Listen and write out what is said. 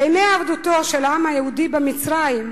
בימי עבדותו של העם היהודי במצרים,